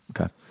Okay